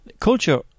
culture